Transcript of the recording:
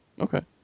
okay